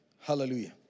Hallelujah